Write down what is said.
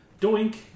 Doink